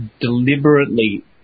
deliberately